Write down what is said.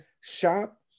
shop